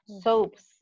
soaps